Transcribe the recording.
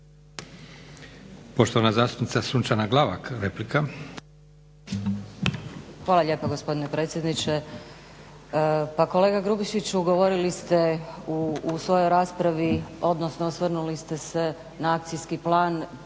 poštovana zastupnica Sunčana Glavak. **Glavak,